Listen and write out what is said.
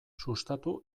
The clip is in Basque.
sustatu